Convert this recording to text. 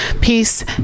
Peace